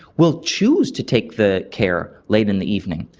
will choose to take the care late in the evening.